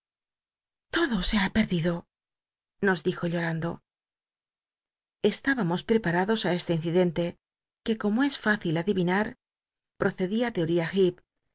todo se ha pctclido nos dijo lloando eshibamos preparados este incidente c uc como es fticil aclivinar procedía de